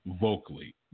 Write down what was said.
vocally